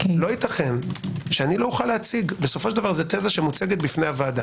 לא יכול להיות שלא אוכל להציג זו תזה שמוצגת בפני הוועדה.